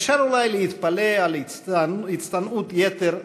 אפשר אולי להתפלא על הצטנעות יתר שכזאת,